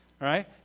Right